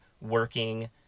working